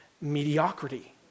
mediocrity